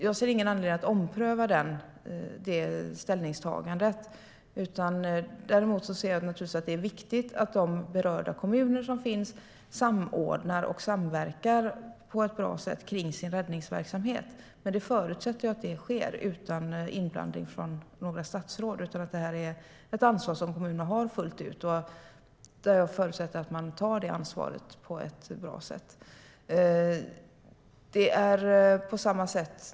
Jag ser ingen anledning att ompröva det ställningstagandet. Däremot anser jag naturligtvis att det är viktigt att de berörda kommunerna samordnar sig och samverkar på ett bra sätt kring sin räddningsverksamhet. Men det förutsätter att det sker utan inblandning av några statsråd. Detta är ett ansvar som kommunerna har fullt ut. Jag förutsätter att man tar det ansvaret på ett bra sätt.